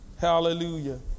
Hallelujah